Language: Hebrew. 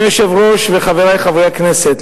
אדוני היושב-ראש וחברי חברי הכנסת,